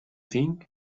think